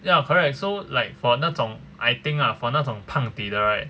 ya correct so like for 那种 I think ah for 那种胖抵的 right